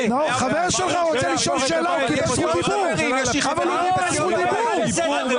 חבר שלך רוצה לשאול שאלה, הוא קיבל זכות דיבור.